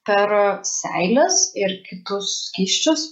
per seiles ir kitus skysčius